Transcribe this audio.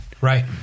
Right